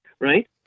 right